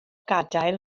gadael